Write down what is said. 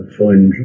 find